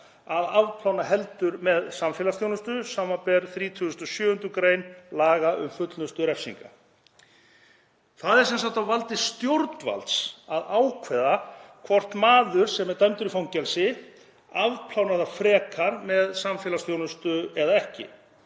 að afplána heldur með samfélagsþjónustu, sbr. 37. gr. laga um fullnustu refsinga, nr. 15/2016. 1 Það er sem sagt á valdi stjórnvalds að ákveða hvort maður sem er dæmdur í fangelsi afplánar það frekar með samfélagsþjónustu eða ekki.